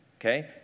okay